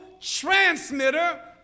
transmitter